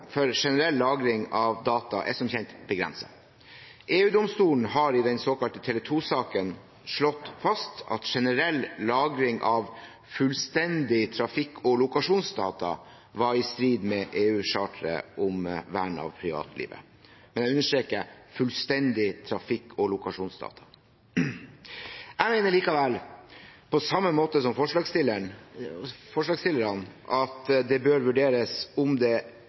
for generell lagring av data er som kjent begrenset. EU-domstolen har i den såkalte TV 2-saken slått fast at generell lagring av fullstendige trafikk- og lokasjonsdata var i strid med EU-charteret om vern av privatlivet. Jeg understreker fullstendige trafikk- og lokasjonsdata. Jeg mener likevel, på samme måte som forslagsstillerne, at det bør vurderes om det